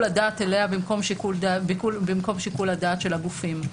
הדעת אליה במקום שיקול הדעת של הגופים.